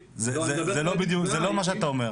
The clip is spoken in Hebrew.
זה לא מה שאתה אומר,